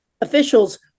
officials